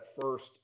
first